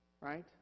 Right